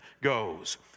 goes